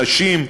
נשים,